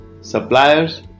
suppliers